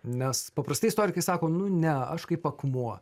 nes paprastai istorikai sako nu ne aš kaip akmuo